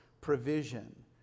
provision